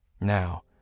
Now